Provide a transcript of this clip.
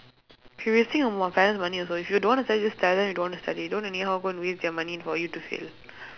previously I'm on my parents' money also if you don't want to study just tell them you don't want to study don't anyhow go and waste their money for you to fail